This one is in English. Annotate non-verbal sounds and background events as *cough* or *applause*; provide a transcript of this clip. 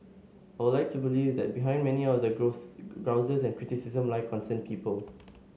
I would like to believe that behind many of the *unintelligible* grouses and criticism lie concerned people